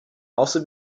also